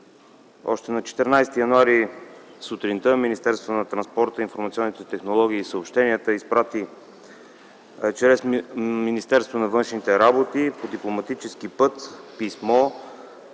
Още на 14 януари т.г. сутринта Министерството на транспорта, информационните технологии и съобщенията изпрати чрез Министерството на външните работи по дипломатически път писмо